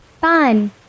fun